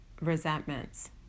resentments